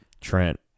Trent